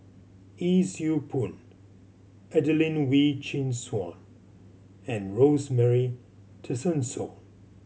Yee Siew Pun Adelene Wee Chin Suan and Rosemary Tessensohn